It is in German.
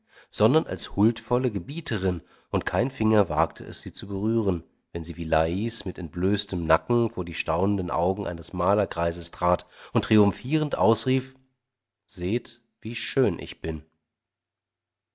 sondern als huldvolle gebieterin und kein finger wagte es sie zu berühren wenn sie wie las mit entblößtem nacken vor die staunenden augen eines malerkreises trat und triumphierend ausrief seht wie schön ich bin